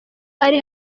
ari